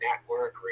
network